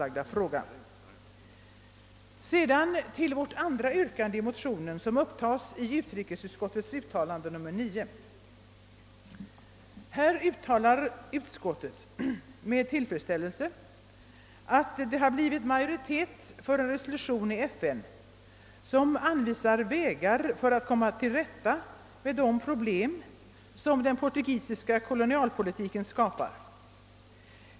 Jag kommer sedan till vårt andra yrkande i motionen som behandlas i utrikesutskottets utlåtande nr 9. Här uttalar utskottet med tillfredsställelse att det har blivit majoritet för en resolution i FN som anvisar vägar för att komma till rätta med de problem som den portugisiska politiken skapar.